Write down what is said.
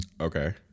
Okay